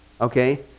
Okay